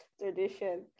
tradition